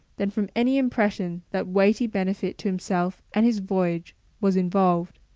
than from any impression that weighty benefit to himself and his voyage was involved.